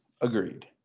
Agreed